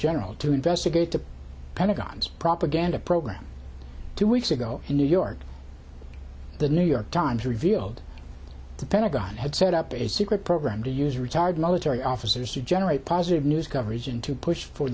general to investigate the pentagon's propaganda program two weeks ago in new york the new york times revealed the pentagon had set up a secret program to use retired military officers to generate positive news coverage and to push for